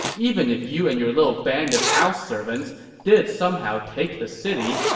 even if you and your little band of house servants did somehow take the city,